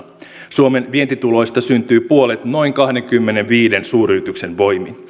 suomen vientituloista syntyy puolet noin kahdenkymmenenviiden suuryrityksen voimin